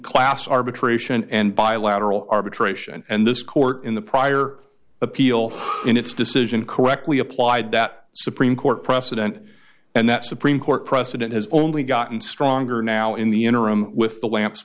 class arbitration and bilateral arbitration and this court in the prior appeal in its decision correctly applied that supreme court precedent and that supreme court precedent has only gotten stronger now in the interim with the lamps